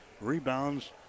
Rebounds